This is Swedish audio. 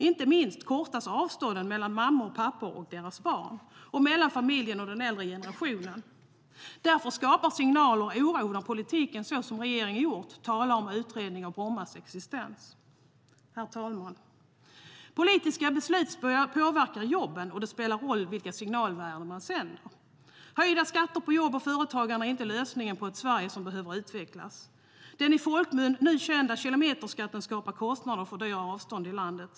Inte minst kortas avstånden mellan mammor och pappor och deras barn och mellan familjen och den äldre generationen. Herr talman! Politiska beslut påverkar jobben, och det spelar roll vilka signalvärden som sänds ut. Höjda skatter på jobb och företagande är inte lösningen på ett Sverige som behöver utvecklas. Den i folkmun nu kända kilometerskatten skapar kostnader och fördyrar avstånden i landet.